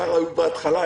היה ראוי בהתחלה.